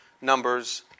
Numbers